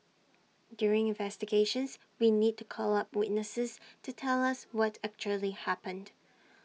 during investigations we need to call up witnesses to tell us what actually happened